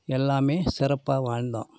எல்லாம் சிறப்பாக வாழ்ந்தோம்